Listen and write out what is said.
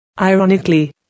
Ironically